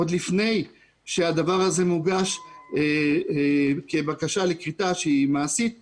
עוד לפני שהדבר הזה מוגש כבקשה לכריתה שהיא מעשית ואז,